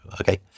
Okay